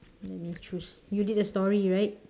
let me choose you did a story right